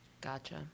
Gotcha